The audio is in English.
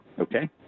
Okay